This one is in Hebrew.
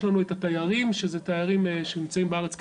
יש לנו את התיירים שנמצאים בארץ כדין,